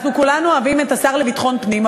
כולנו אוהבים את השר לביטחון פנים,